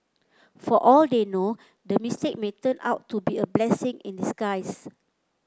for all they know the mistake may turn out to be a blessing in disguise